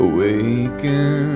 Awaken